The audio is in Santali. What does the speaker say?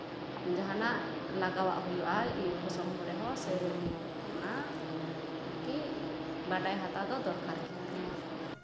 ᱡᱟᱦᱟᱱᱟᱜ ᱞᱟᱜᱟᱣᱟᱜ ᱦᱩᱭᱩᱜᱼᱟ ᱯᱷᱚᱥᱚᱞ ᱠᱚᱨᱮᱦᱚᱸ ᱥᱮ ᱚᱱᱟ ᱟᱨᱠᱤ ᱵᱟᱰᱟᱭ ᱦᱟᱛᱟᱣ ᱫᱚ ᱫᱚᱨᱠᱟᱨ ᱜᱮ